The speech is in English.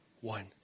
one